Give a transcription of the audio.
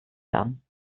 werden